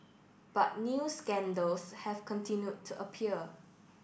but new scandals have continued to appear